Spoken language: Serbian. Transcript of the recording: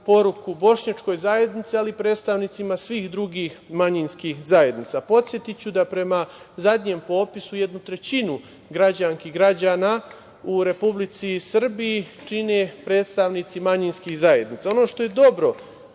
poruku bošnjačkoj zajednici, ali i predstavnicima svih drugih manjinskih zajednica. Podsetiću da prema zadnjem popisu jednu trećinu građanki i građana u Republici Srbiji čine predstavnici manjinskih zajednica. Ono što je dobro